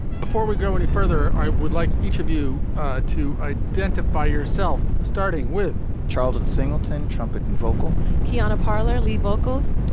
before we go any further, i would like each of you to identify yourself, starting with charles and singleton trumpet and vocal keonna parler lead vocals,